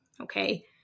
Okay